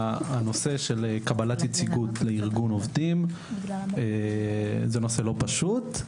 קבלת ייצוג לארגון עובדים הוא נושא לא פשוט.